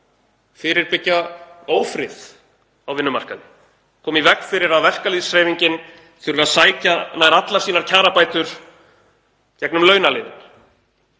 fyrirbyggja ófrið á vinnumarkaði, koma í veg fyrir að verkalýðshreyfingin þurfi að sækja nær allar sínar kjarabætur gegnum launaliðinn.